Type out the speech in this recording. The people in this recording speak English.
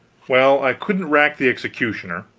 well, i couldn't rack the executioner,